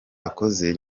akoze